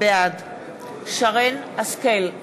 בעד שרן השכל,